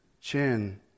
chin